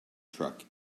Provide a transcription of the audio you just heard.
truck